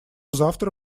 завтра